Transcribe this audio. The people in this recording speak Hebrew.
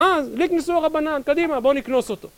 אז, לכניסו רבנן, קדימה, בואו נקנוס אותו